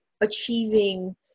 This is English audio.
achieving